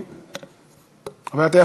אני מברך על כך, וביקשתי לדבר ביום זה.